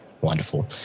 Wonderful